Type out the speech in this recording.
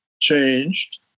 changed